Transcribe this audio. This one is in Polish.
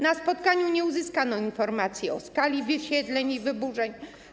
Na spotkaniu nie uzyskano informacji o skali wysiedleń i wyburzeń.